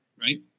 right